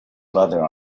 mother